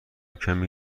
کمی